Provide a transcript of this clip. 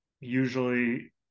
Usually